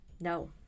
No